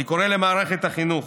אני קורא למערכת החינוך,